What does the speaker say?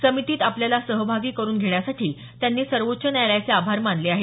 समितीत आपल्याला सहभागी करून घेण्यासाठी त्यांनी सर्वोच्च न्यायालयाचे आभार मानले आहेत